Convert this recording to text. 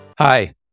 Hi